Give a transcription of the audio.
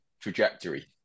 trajectory